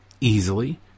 easily